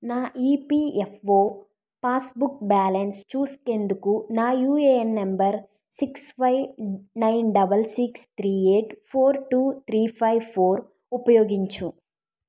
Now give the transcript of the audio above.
నా EPFO passbook balance చూసేందుకు నా UAN number six five nine double six three eight four two three five four ఉపయోగించు